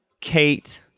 Kate